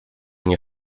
nie